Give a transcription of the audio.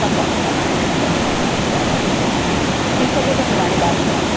पक पक मां हिन नंबर ते तव्हांखे ॿुधायांव थी पेई थी सघे त सुभाणे ॿारहें बजे